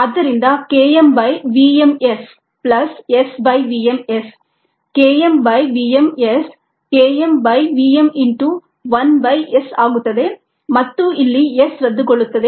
ಆದ್ದರಿಂದ K m by v m S plus S by v m S K m by v m S K m by v m into 1by S ಆಗುತ್ತದೆ ಮತ್ತು ಇಲ್ಲಿ S ರದ್ದುಗೊಳ್ಳುತ್ತದೆ